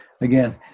again